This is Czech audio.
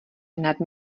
nad